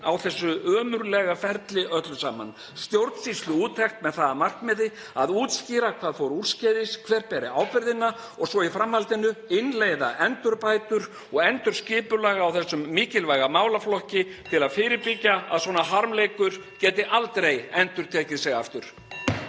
á þessu ömurlega ferli öllu saman, stjórnsýsluúttekt með það að markmiði að útskýra hvað fór úrskeiðis, hver beri ábyrgðina og svo í framhaldinu innleiða endurbætur og endurskipulag á þessum mikilvæga málaflokki til að tryggja að svona harmleikur geti aldrei endurtekið sig.